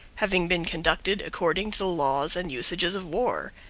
having been conducted according to the laws and usages of war.